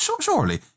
surely